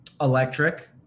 electric